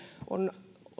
on